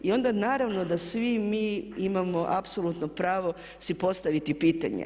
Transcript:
I onda naravno da svi mi imamo apsolutno pravo si postaviti pitanje.